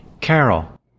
Carol